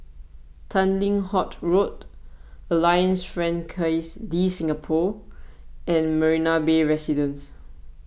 Tanglin Halt Road Alliance Francaise De Singapour and Marina Bay Residences